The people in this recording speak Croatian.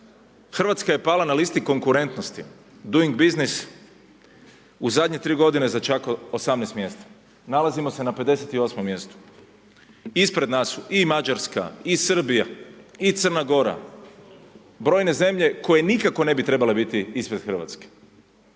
Hrvatska je pala na listi konkurentnosti, doing bussines u zadnje 3 godine za čak 18 mjesta, nalazimo se na 58. mjesta. Ispred nas su i Mađarska, i Srbija, i Crna Gora, brojne zemlje koje nikako ne bi trebale biti ispred Hrvatske.